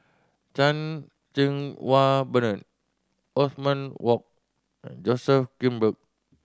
Chan Cheng Wah Bernard Othman Wok and Joseph Grimberg